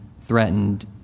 threatened